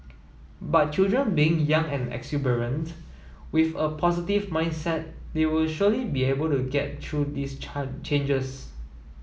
but children being young and exuberant with a positive mindset they will surely be able to get through these changes